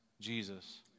Jesus